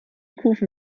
kufen